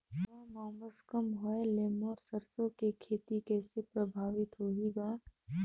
हवा म उमस कम होए ले मोर सरसो के खेती कइसे प्रभावित होही ग?